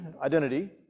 identity